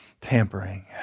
tampering